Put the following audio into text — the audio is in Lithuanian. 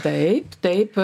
taip taip